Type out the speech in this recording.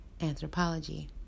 anthropology